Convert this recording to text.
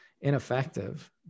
ineffective